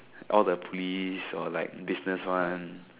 all the police or like business one